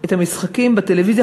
את המשחקים בטלוויזיה,